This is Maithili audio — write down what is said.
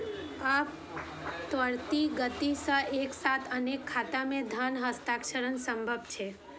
आब त्वरित गति सं एक साथ अनेक खाता मे धन हस्तांतरण संभव छै